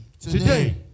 today